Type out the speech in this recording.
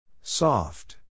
Soft